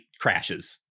crashes